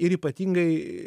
ir ypatingai